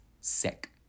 sick